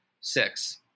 Six